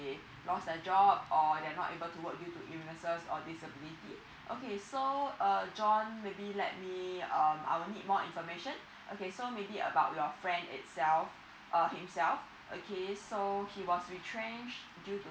lost a job or they're not able to work due to illnesses or disability okay so err john maybe let me um I'll need more information okay so maybe about your friend itself uh himself okay so he was retrenched due to